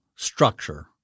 Structure